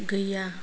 गैया